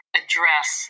address